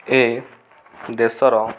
ଏ ଦେଶର